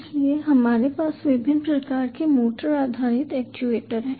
इसलिए हमारे पास विभिन्न प्रकार के मोटर आधारित एक्चुएटर हैं